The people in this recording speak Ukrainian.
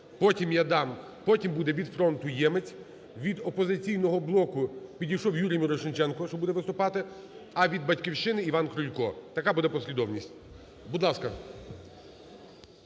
Потім я дам, потім буде від "Фронту" – Ємець, від "Опозиційного блоку" підійшов Юрій Мірошниченко, що буде виступати, а від "Батьківщини" – Іван Крулько. Така буде послідовність. Будь ласка.